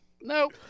Nope